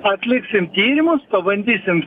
atliksim tyrimus pabandysim